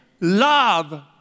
love